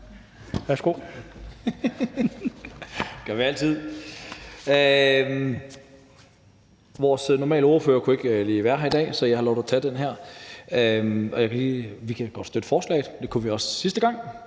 (NB): Det gør vi altid! Vores normale ordfører kunne ikke lige være her i dag, så jeg har lovet at tage den her. Vi kan godt støtte forslaget fra Venstre, og det kunne vi også sidste gang.